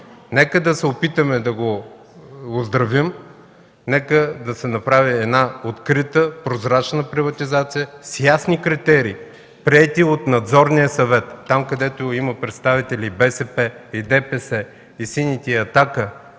Нека да се опитаме да го оздравим. Нека да се направи открита, прозрачна приватизация с ясни критерии, приети от Надзорния съвет – там, където има представители БСП, ДПС, сините,